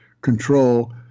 control